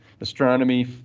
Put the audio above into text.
astronomy